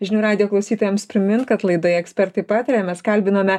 žinių radijo klausytojams primint kad laidoje ekspertai pataria mes kalbinome